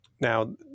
Now